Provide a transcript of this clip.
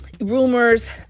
rumors